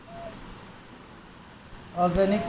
organic तरीका उगावल सब्जी में एंटी ओक्सिडेंट होखेला